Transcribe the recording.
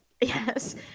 yes